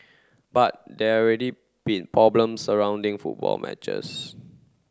but there already been problem surrounding football matches